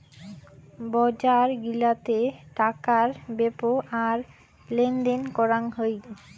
বজার গিলাতে টাকার বেপ্র আর লেনদেন করাং হই